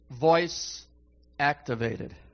voice-activated